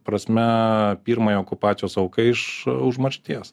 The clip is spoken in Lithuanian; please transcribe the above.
prasme pirmąją okupacijos auką iš užmaršties